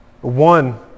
One